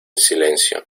silencio